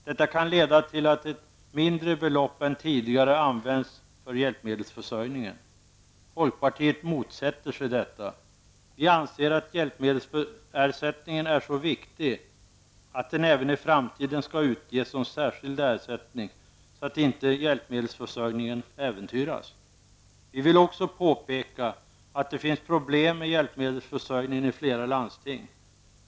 Detta kan leda till att ett mindre belopp än tidigare används för hjälpmedelsförsörjningen. Folkpartiet motsätter sig detta. Vi anser att hjälpmedelsersättningen är så viktig att den även i framtiden skall utges som särskild ersättning så att inte hjälpmedelsförsörjningen äventyras. Vi vill också påpeka att det finns problem med hjälpmedelsförsörjningen i flera landsting.